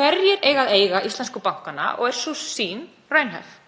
Hverjir eiga að eiga íslensku bankana og er sú sýn raunhæf?